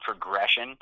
progression